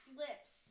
lips